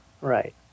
right